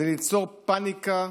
זה ליצור פניקה,